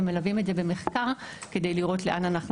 ומלווים את זה במחקר לראות כמה אנחנו